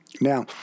Now